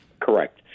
Correct